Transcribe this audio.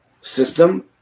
system